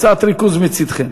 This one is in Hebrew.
קצת ריכוז מצדכם: